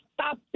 Stop